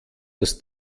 dass